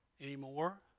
anymore